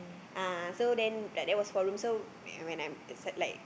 ah so then that there were four room so when I am it's that like